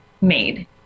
made